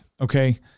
Okay